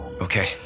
Okay